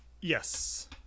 Yes